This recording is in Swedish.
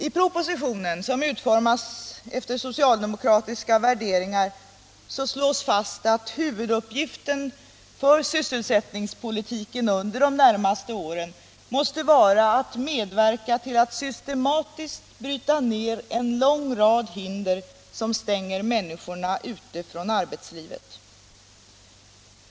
I propositionen, som utformats efter socialdemokratiska värderingar, slås klart fast att huvuduppgiften för sysselsättningspolitiken under de närmaste åren måste vara att medverka till att systematiskt bryta ner en lång rad hinder som stänger människor ute från arbetslivet.